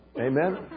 Amen